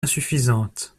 insuffisante